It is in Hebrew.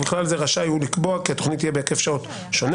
ובכלל זה רשאי הוא לקבוע כי התכנית תהיה בהיקף שעות שונה